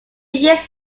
years